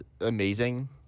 amazing